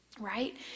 right